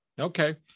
Okay